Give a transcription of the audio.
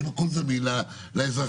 האם הכול זמין לאזרחים?